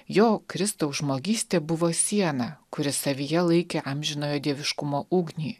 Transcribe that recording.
jo kristaus žmogystė buvo siena kuri savyje laikė amžinojo dieviškumo ugnį